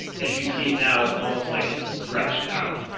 as you see it now, it's almost like it's stretched out.